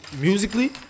musically